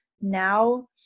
now